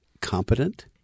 competent